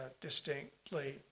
distinctly